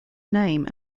name